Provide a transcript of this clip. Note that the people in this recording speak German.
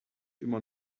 immer